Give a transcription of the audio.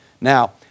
Now